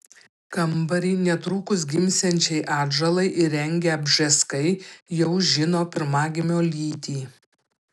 kambarį netrukus gimsiančiai atžalai įrengę bžeskai jau žino pirmagimio lytį